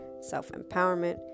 self-empowerment